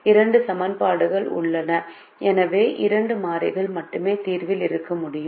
இங்கு இரண்டு சமன்பாடுகள் உள்ளன எனவே இரண்டு மாறிகள் மட்டுமே தீர்வில் இருக்க முடியும்